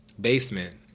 basement